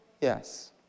Yes